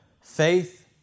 faith